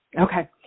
Okay